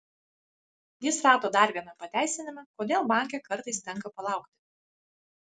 jis rado dar vieną pateisinimą kodėl banke kartais tenka palaukti